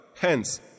Hence